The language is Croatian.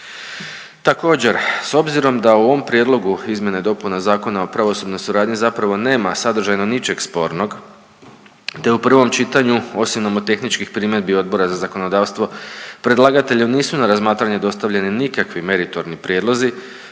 Također s obzirom da u ovom prijedlogu izmjena i dopuna Zakona o pravosudnoj suradnji zapravo nema sadržajno ničeg spornog, te u prvom čitanju osim nomotehničkih primjedbi Odbora za zakonodavstvo, predlagatelju nisu na razmatranje dostavljeni nikakvi meritorni prijedlozi,